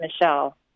Michelle